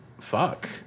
fuck